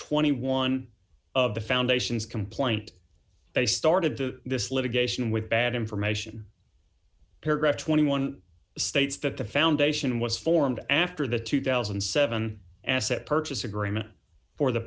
twenty one of the foundation's complaint they started to this litigation with bad information paragraph twenty one states that the foundation was formed after the two thousand and seven asset purchase agreement for the